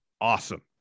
awesome